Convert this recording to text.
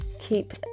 keep